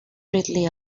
readily